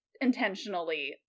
intentionally